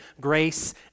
grace